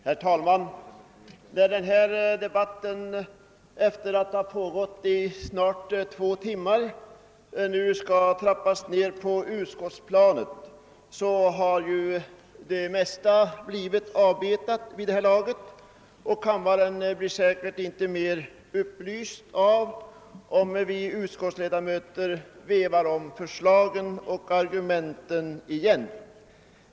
Herr talman! När den här debatten efter att ha pågått i snart två timmar nu skall trappas ned på utskottsplanet har det mesta blivit avbetat, och kammaren blir säkerligen inte mer upplyst om vi utskottsledamöter vevar om förslagen och argumenten igen.